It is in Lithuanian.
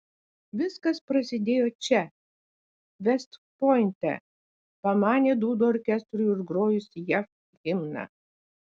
viskas prasidėjo čia vest pointe pamanė dūdų orkestrui užgrojus jav himną